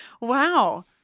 Wow